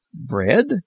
Bread